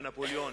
בנפוליאון.